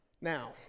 Now